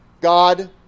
God